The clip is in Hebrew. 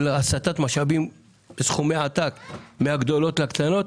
של הסטת משאבים בסכומי עתק מהגדולות לקטנות,